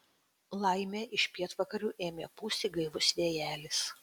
laimė iš pietvakarių ėmė pūsti gaivus vėjelis